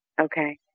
Okay